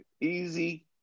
easy